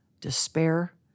despair